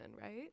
right